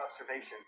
observation